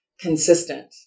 consistent